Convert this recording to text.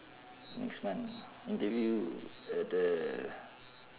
next month interview uh the